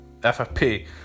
ffp